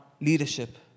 leadership